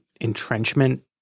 entrenchment